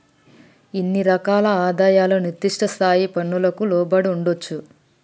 ఇన్ని రకాల ఆదాయాలు నిర్దిష్ట స్థాయి పన్నులకు లోబడి ఉండొచ్చా